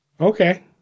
okay